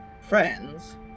friends